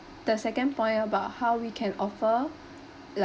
the second point about how we can offer